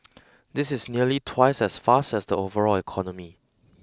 this is nearly twice as fast as the overall economy